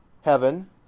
heaven